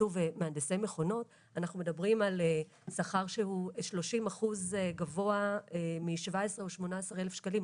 - אנחנו מדברים על שכר שהוא גבוה ב-30 אחוז מ-18-17 אלף שקלים,